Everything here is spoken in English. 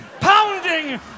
pounding